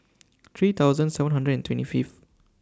three thousand seven hundred and twenty Fifth